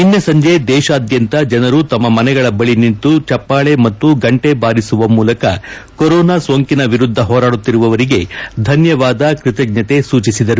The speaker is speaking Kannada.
ನಿನ್ನೆ ಸಂಜೆ ದೇಶಾದ್ಯಂತ ಜನರು ತಮ್ಮ ಮನೆಗಳ ಬಳಿ ನಿಂತು ಚಪ್ಪಾಳೆ ಮತ್ತು ಗಂಟೆ ಬಾರಿಸುವ ಮೂಲಕ ಕೊರೋನಾ ಸೋಂಕಿನ ವಿರುದ್ದ ಹೋರಾಡುತ್ತಿರುವವರಿಗೆ ಧನ್ಯವಾದ ಕೃತಜ್ಞತೆ ಸೂಚಿಸಿದರು